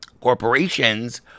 Corporations